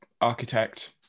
architect